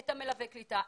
את מלווי הקליטה,